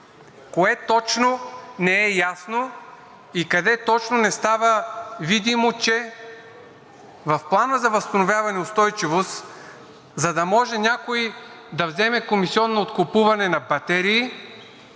Кое точно не е ясно и къде точно не става видимо, че в Плана за възстановяване и устойчивост, за да може някой да вземе комисиона от купуване на батерии,